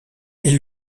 est